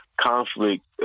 conflict